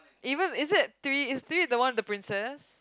even is it three is three the one with the princess